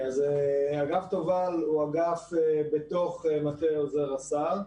אגף תובל הוא אגף במטה עוזר השר,